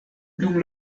dum